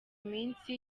minsi